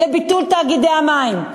לביטול תאגידי המים.